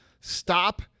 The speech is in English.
stop